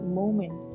moment